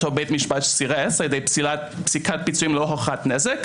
אותו בית משפט סירס על ידי פסיקת פיצויים ללא הוכחת נזק,